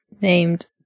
named